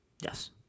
Yes